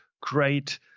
great